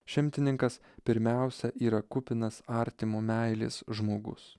šimtininkas pirmiausia yra kupinas artimo meilės žmogus